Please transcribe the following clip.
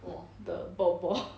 !wah! the ball ball